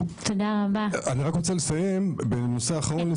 בנושא אחרון,